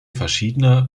verschiedener